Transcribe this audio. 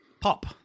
pop